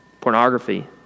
pornography